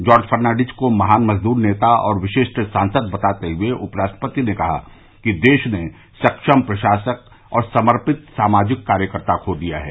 George Fernandes को महान मजदूर नेता और विशिष्ट सांसद बताते हुए उपराष्ट्रपति ने कहा कि देश ने सक्षम प्रशासक और समर्पित सामाजिक कार्यकर्ता खो दिया है